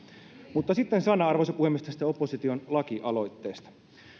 mutta sitten sana arvoisa puhemies tästä opposition lakialoitteesta